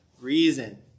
reason